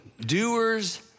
Doers